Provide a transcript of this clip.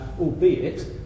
albeit